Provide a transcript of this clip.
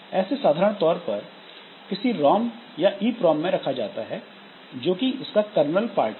इसे साधारण तौर पर किसी रॉम या ईप्रोम में रखा जाता है जो कि इसका करनल पार्ट है